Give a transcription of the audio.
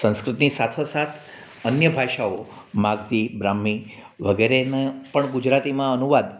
સંસ્કૃતની સાથોસાથ અન્ય ભાષાઓ માગદી ભ્રામી વગેરેને પણ ગુજરાતીમાં અનુવાદ